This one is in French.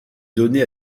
données